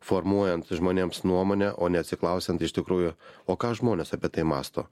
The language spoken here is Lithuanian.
formuojant žmonėms nuomonę o neatsiklausiant iš tikrųjų o ką žmonės apie tai mąsto